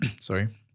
Sorry